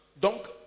donc